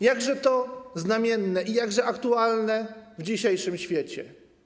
Jakże to znamienne i jakże aktualne w dzisiejszym świecie.